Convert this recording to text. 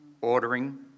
ordering